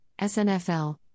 SNFL